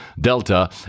Delta